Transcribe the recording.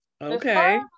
okay